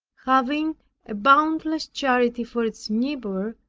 having a boundless charity for its neighbor,